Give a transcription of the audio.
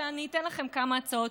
ואני אתן לכם כמה הצעות,